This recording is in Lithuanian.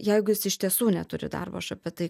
jeigu jis iš tiesų neturi darbo aš apie tai